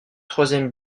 troisième